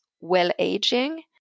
well-aging